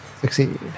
Succeed